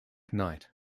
knight